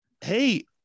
Hey